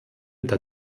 der